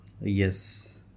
Yes